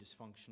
dysfunctional